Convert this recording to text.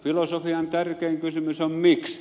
filosofian tärkein kysymys on miksi